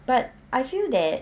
but I feel that